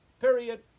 period